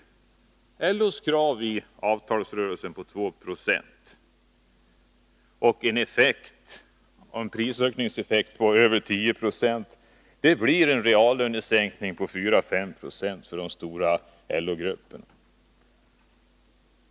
LO:s krav i avtalsrörelsen är 2 Jo. Effekten med en prisökning på över 10 96 blir en reallönesänkning på 4-5 Jo för de stora LO-grupperna.